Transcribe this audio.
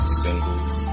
singles